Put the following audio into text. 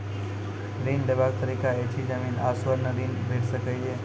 ऋण लेवाक तरीका की ऐछि? जमीन आ स्वर्ण ऋण भेट सकै ये?